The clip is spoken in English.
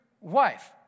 wife